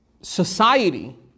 society